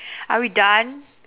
are we done